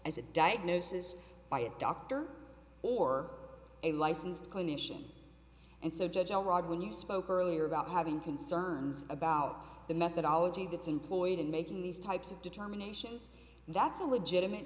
as a diagnosis by a doctor or a licensed clinician and so judge all right when you spoke earlier about having concerns about the methodology that's employed in making these types of determinations that's a legitimate